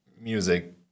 music